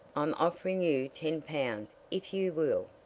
i'm offering you ten pound if you will,